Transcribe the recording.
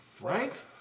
Right